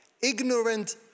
Ignorant